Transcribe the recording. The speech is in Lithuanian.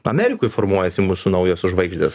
amerikoj formuojasi mūsų naujosios žvaigždės